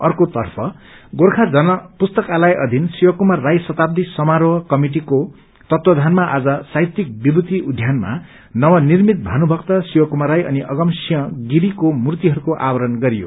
अर्कोतर्फ गोर्खा जनपुस्तकालय अधिन शिव कुमार राई शताब्दी समारोह कमिटिको तत्वाधानमा आज साहित्यिक विभूति उद्यानमा नव निर्मित भानुभक्त शिव कुमार राई अनि अगम सिंह गिरीको मूर्तिहरूको अनावरण गरियो